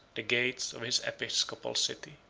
the gates of his episcopal city.